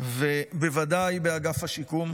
בוודאי באגף השיקום,